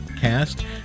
cast